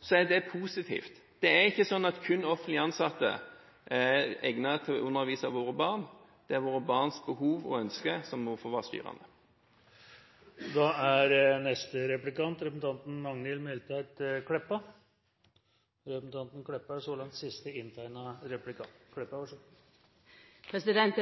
så er det positivt. Det er ikke sånn at kun offentlig ansatte er egnet til å undervise våre barn. Det er våre barns behov og ønsker som må være overstyrende. Eitt